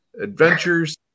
adventures